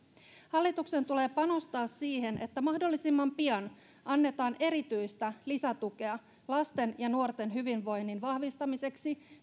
hallituksen tulee panostaa siihen että mahdollisimman pian annetaan erityistä lisätukea lasten ja nuorten hyvinvoinnin vahvistamiseksi